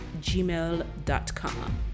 gmail.com